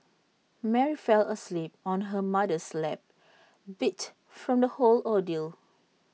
Mary fell asleep on her mother's lap beat from the whole ordeal